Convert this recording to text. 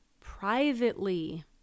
privately